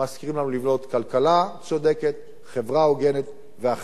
מזכירים לנו לבנות כלכלה צודקת, חברה הוגנת, ואכן